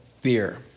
fear